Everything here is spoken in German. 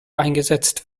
eingesetzt